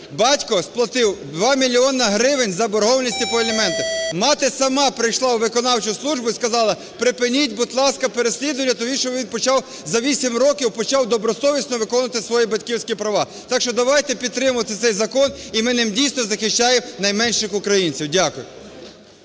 батько сплатив 2 мільйони гривень заборгованості по аліментах. Мати сама прийшла у виконавчу службу і сказала: "Припиніть, будь ласка, переслідування, тому що він почав за 8 років почав добросовісно виконувати свої батьківські права". Так що давайте підтримувати цей закон, і ми ним, дійсно, захищаємо найменших українців. Дякую.